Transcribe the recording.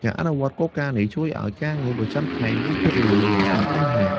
ការអនុវត្តន៍គោលការណ៍នេះជួយឲ្យការងារប្រចាំថ្ងៃមានភាពរលូន និងគ្មានបញ្ហា។